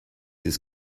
his